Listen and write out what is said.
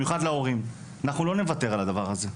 במיוחד להורים: אנחנו לא נוותר על הדבר הזה.